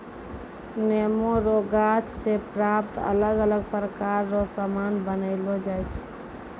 नेमो रो गाछ से प्राप्त अलग अलग प्रकार रो समान बनायलो छै